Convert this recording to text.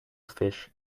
fish